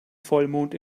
vollmond